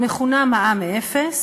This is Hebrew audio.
המכונה "מע"מ אפס",